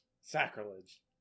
sacrilege